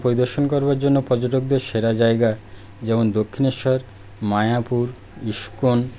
পরিদর্শন করার জন্য পর্যটকদের সেরা জায়গা যেমন দক্ষিণেশ্বর মায়াপুর ইস্কন